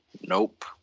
Nope